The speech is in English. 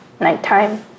nighttime